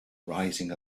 rising